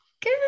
Good